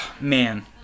Man